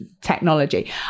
technology